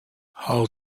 hall